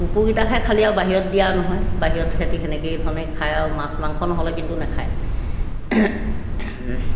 কুকুৰকেইটা খাই খালী আৰু বাহিৰত দিয়া নহয় বাহিৰত হেতি সেনেকৈয়ে ধৰণে খায় আৰু মাছ মাংস নহ'লে কিন্তু নাখায়